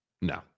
No